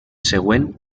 següent